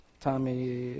Tommy